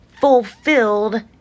fulfilled